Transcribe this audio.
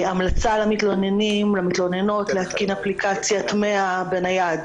המלצה למתלוננים ולמתלוננות להתקין אפליקציית 100 בנייד.